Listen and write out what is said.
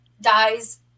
dies